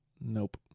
Nope